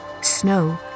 snow